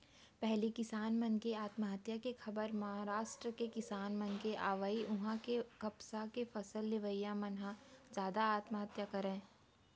पहिली किसान मन के आत्महत्या के खबर महारास्ट के किसान मन के आवय उहां के कपसा के फसल लेवइया मन ह जादा आत्महत्या करय